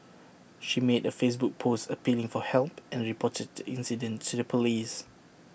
she made A Facebook post appealing for help and reported the incident to the Police